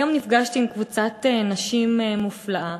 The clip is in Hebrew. היום נפגשתי עם קבוצת נשים מופלאה